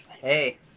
Hey